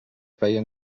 feien